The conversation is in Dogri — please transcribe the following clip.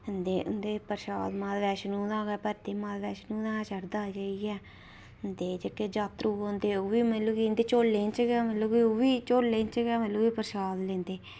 ते उंदे च प्रशाद माता वैष्णो दा गै परती माता वैष्णो गै चढ़दा जाइयै ते जेह्के जात्तरू औंदे ओह्बी मतलब इंदे झोल्लें ई गै मतलब ओह्बी झोल्लें च गै प्रशाद लैंदे